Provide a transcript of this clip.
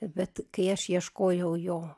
bet kai aš ieškojau jo